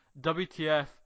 WTF